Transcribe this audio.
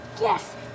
Yes